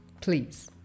please